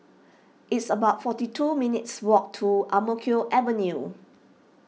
it's about forty two minutes' walk to Ang Mo Kio Avenue